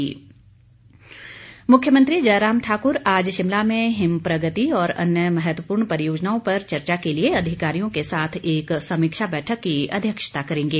मुख्यमंत्री मुख्यमंत्री जयराम ठाकुर आज शिमला में हिम प्रगति और अन्य महत्वपूर्ण परियोजनाओं पर चर्चा के लिए अधिकारियों के साथ एक समीक्षा बैठक की अध्यक्षता करेंगे